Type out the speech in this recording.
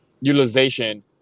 utilization